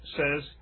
says